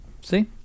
See